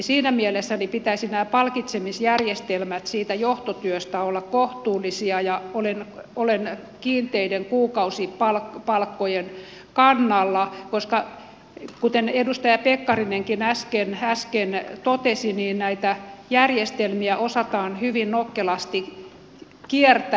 siinä mielessä pitäisi näiden palkitsemisjärjestelmien siitä johtotyöstä olla kohtuullisia ja olen kiinteiden kuukausipalkkojen kannalla koska kuten edustaja pekkarinenkin äsken totesi näitä järjestelmiä osataan hyvin nokkelasti kiertää